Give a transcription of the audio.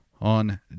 on